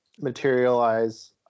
materialize